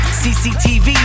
cctv